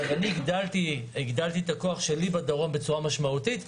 אני הגדלתי את הכוח שלי בדרום בצורה משמעותית.